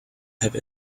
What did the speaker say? have